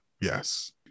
yes